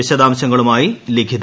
വിശദാംശങ്ങളുമായി ലിഖിത